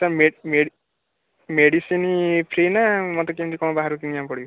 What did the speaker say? sir ମେଡ଼ି medicine free ନାଁ ମୋତେ କେମିତି କ'ଣ ବାହାରୁ କିଣିବାକୁ ପଡ଼ିବ